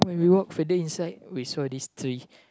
when we walk further inside we saw this tree